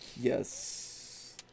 Yes